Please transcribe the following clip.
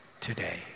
today